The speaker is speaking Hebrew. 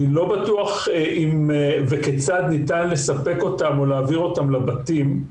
אני לא בטוח כיצד ניתן לספק אותם או להעביר אותם לבתים.